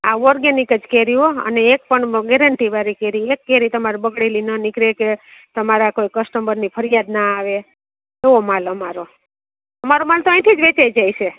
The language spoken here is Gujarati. આ ઓર્ગેનિક જ કેરી હોં અને એક પણ ગેરંટીવાળી કેરી એક કેરી તમારે બગડેલી ના નીકળે તમારા કોઈ કસ્ટમરની ફરિયાદ ના આવે એવો માલ અમારો અમારો માલ તો અહીંથી જ વેચાઈ જાય છે